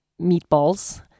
meatballs